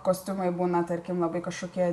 kostiumai būna tarkim labai kažkokie